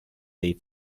dei